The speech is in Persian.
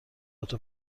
هات